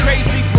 Crazy